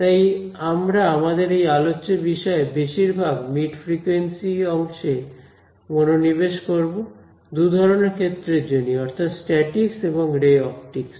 তাই আমরা আমাদের এই আলোচ্য বিষয় এ বেশিরভাগ মিড ফ্রিকুয়েন্সি অংশে মনোনিবেশ করব দুধরনের ক্ষেত্রের জন্যই অর্থাৎ স্ট্যাটিকস এবং রে অপটিকস